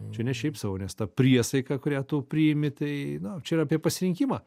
čia ne šiaip sau nes ta priesaika kurią tu priimi tai nu čia yra apie pasirinkimą